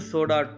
Soda